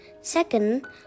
Second